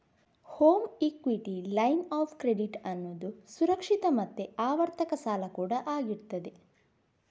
home equity line of credit ಅನ್ನುದು ಸುರಕ್ಷಿತ ಮತ್ತೆ ಆವರ್ತಕ ಸಾಲ ಕೂಡಾ ಆಗಿರ್ತದೆ